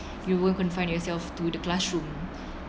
you will confine yourself to the classroom